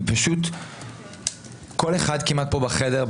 כמעט כל אחד בחדר,